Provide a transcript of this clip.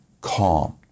calm